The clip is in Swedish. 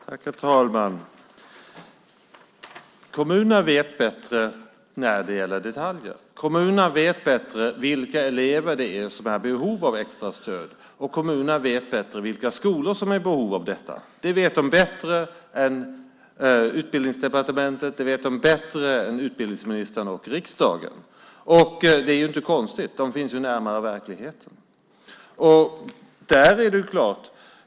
Herr talman! Kommunerna vet bättre när det gäller detaljer. Kommunerna vet bättre vilka elever som är i behov av extra stöd, och kommunerna vet bättre vilka skolor som är i behov av detta. Det vet de bättre än Utbildningsdepartementet, utbildningsministern och riksdagen. Det är inte konstigt. De finns ju närmare verkligheten.